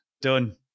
done